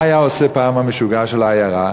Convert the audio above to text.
מה היה עושה פעם המשוגע של העיירה?